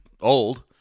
old